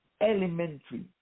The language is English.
elementary